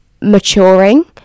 maturing